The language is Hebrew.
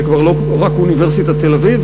זה כבר לא רק אוניברסיטת תל-אביב,